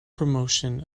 promotion